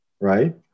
right